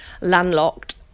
landlocked